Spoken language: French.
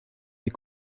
les